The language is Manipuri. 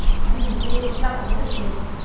ꯑꯍꯟꯒꯤꯗꯤ ꯆꯥꯝ ꯌꯥꯡꯈꯩꯇ ꯆꯤꯡꯉꯤ